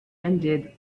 ended